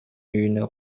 үйүнө